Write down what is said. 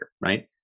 right